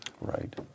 Right